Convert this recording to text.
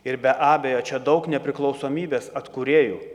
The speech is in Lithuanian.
ir be abejo čia daug nepriklausomybės atkūrėjų